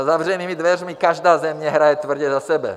Za zavřenými dveřmi každá země hraje tvrdě za sebe.